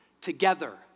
together